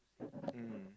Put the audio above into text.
mm